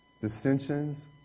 dissensions